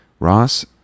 Ross